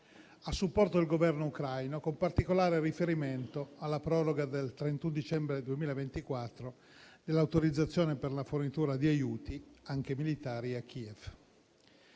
a supporto del Governo ucraino, con particolare riferimento alla proroga del 31 dicembre 2024 dell'autorizzazione per la fornitura di aiuti anche militari a Kiev.